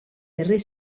darrer